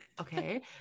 okay